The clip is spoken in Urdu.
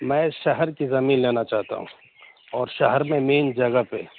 میں شہر کی زمین لینا چاہتا ہوں اور شہر میں مین جگہ پہ